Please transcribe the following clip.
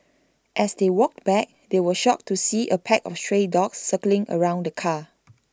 as they walked back they were shocked to see A pack of stray dogs circling around the car